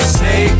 say